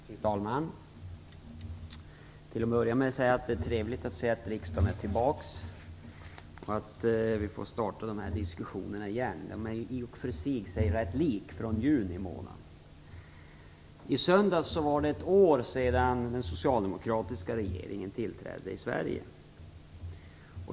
Fru talman! Till att börja med vill jag säga att jag tycker att det är trevligt att riksdagen åter är samlad och vi kan starta diskussionen. I och för sig är debatten sig lik från juni. I söndags var det ett år sedan den socialdemokratiska regeringen tillträdde i Sverige.